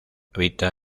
habita